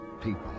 people